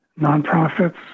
nonprofits